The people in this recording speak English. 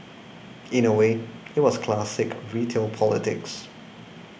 in a way it was classic retail politics